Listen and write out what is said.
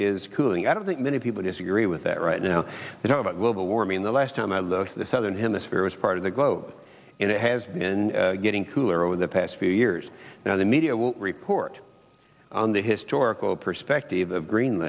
is cooling i don't think many people disagree with that right now you know about global warming the last time i looked the southern hemisphere was part of the globe and it has been getting cooler over the past few years now the media will report on the historical perspective of green